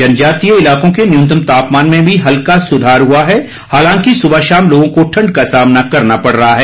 जनजातीय इलाकों के न्यूनतम तापमान में भी हल्का सुधार हुआ है हालांकि सुबह शाम लोगों को ठंड का सामना करना पड़ रहा है